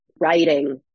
writing